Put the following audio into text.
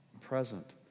present